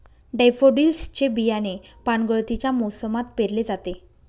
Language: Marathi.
डैफोडिल्स चे बियाणे पानगळतीच्या मोसमात पेरले जाते